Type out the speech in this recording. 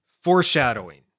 foreshadowing